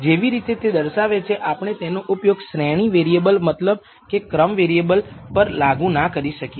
જેવી રીતે તે દર્શાવે છે આપણે તેનો ઉપયોગ શ્રેણી વેરીએબલ મતલબ કે ક્રમ વેરીએબલ પર લાગુ ના કરી શકીએ